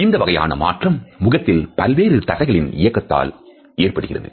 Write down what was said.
இந்த வகையான மாற்றம் முகத்தில் பல்வேறு தசைகளின் இயக்கத்தால் ஏற்படுகிறது